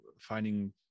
finding